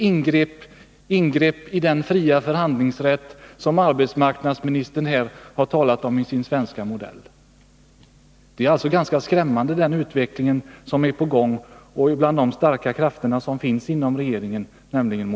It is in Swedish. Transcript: Jo, ett ingrepp i den fria förhandlingsrätt som arbetsmarknadsministern har sagt skall finnas i den svenska modellen. —- Den här utvecklingen är skrämmande, och de moderata krafterna är starka inom regeringen.